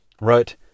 wrote